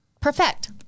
perfect